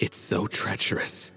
it's so treacherous